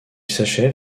s’achève